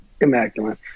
immaculate